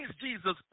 Jesus